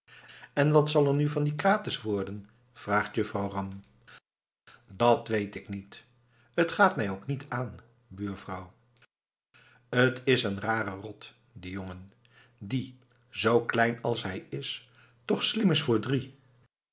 en wat zal er nu van dien krates worden vraagt juffrouw ram dat weet ik niet t gaat mij ook niet aan buurvrouw t is een gare rot een jongen die zoo klein als hij is toch slim is voor drie